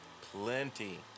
plenty